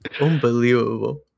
Unbelievable